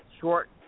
short